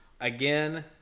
again